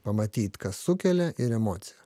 pamatyt kas sukelia ir emociją